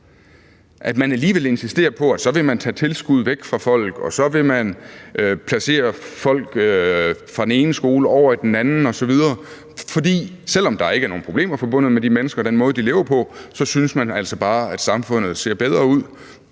at man alligevel insisterer på, at man så vil tage tilskud væk fra folk, og at man vil placere folk fra den ene skole ovre i den anden osv., fordi man, selv om der ikke er nogen problemer forbundet med de mennesker og den måde, de lever på, altså bare synes, at samfundet ser bedre ud,